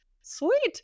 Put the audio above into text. sweet